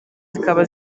zikaba